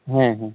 ᱦᱮᱸ ᱦᱮᱸ